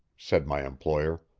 said my employer.